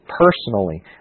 personally